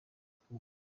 ubwacu